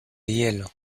hielo